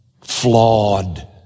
flawed